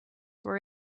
were